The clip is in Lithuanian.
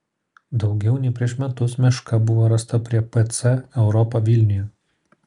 daugiau nei prieš metus meška buvo rasta prie pc europa vilniuje